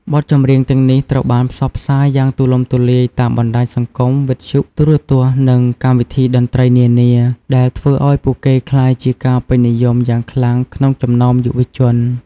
បទចម្រៀងទាំងនេះត្រូវបានផ្សព្វផ្សាយយ៉ាងទូលំទូលាយតាមបណ្តាញសង្គម វិទ្យុ ទូរទស្សន៍ និងកម្មវិធីតន្ត្រីនានា ដែលធ្វើឱ្យពួកគេក្លាយជាការពេញនិយមយ៉ាងខ្លាំងក្នុងចំណោមយុវជន។